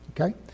okay